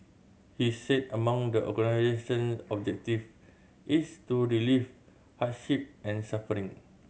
he said among the organisation objective is to relieve hardship and suffering